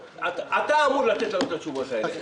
אתה אמור לתת לנו את התשובות האלה.